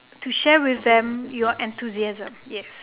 to share with them your enthusiasm yes